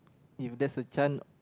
if there's a chance